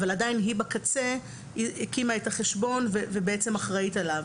אבל עדיין היא בקצה; היא הקימה את החשבון ואחראית עליו.